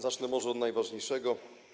Zacznę może od najważniejszego.